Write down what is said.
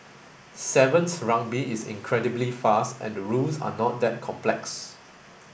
sevens Rugby is incredibly fast and the rules are not that complex